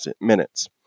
minutes